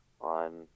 on